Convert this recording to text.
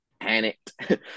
panicked